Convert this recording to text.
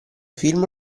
film